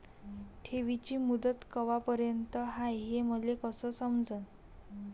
ठेवीची मुदत कवापर्यंत हाय हे मले कस समजन?